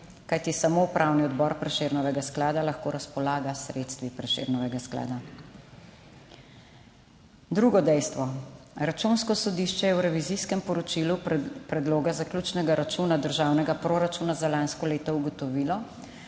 kajti samo Upravni odbor Prešernovega sklada lahko razpolaga s sredstvi Prešernovega sklada. Drugo dejstvo; Računsko sodišče je v revizijskem poročilu predloga zaključnega računa državnega proračuna za lansko leto ugotovilo,